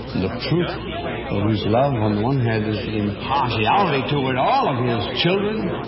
the proof of whose love, on the one hand, is the impartiality toward all of his children